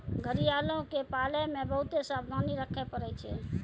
घड़ियालो के पालै मे बहुते सावधानी रक्खे पड़ै छै